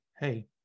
hey